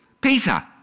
Peter